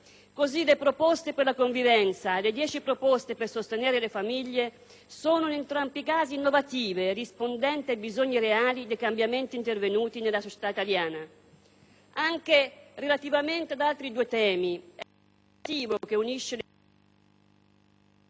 Così, le proposte per la convivenza e le dieci proposte per sostenere le famiglie sono in entrambi i casi innovative e rispondenti ai bisogni reali dei cambiamenti intervenuti nella società italiana. Anche relativamente ad altri due temi, è il filo innovativo che unisce le proposte